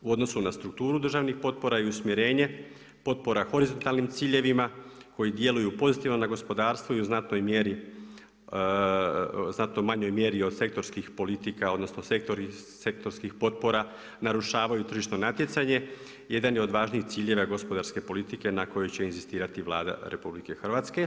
U odnosu na strukturu državnih potpora i usmjerenje potpora horizontalnim ciljevima koji djeluju pozitivno na gospodarstvo i u znatno manjoj mjeri od sektorskih politika odnosno sektorskih potpora narušavaju tržišno natjecanje jedan je od važnih ciljeva gospodarske politike na kojoj će inzistirati Vlada RH.